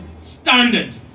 standard